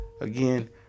Again